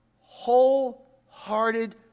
wholehearted